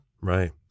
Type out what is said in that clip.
right